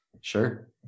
Sure